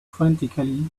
frantically